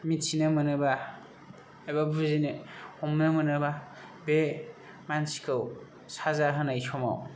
मिथिनो मोनोबा एबा बुजिनो हमनो मोनोबा बे मानसिखौ साजा होनाय समाव